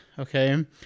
Okay